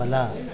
ಬಲ